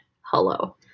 Hello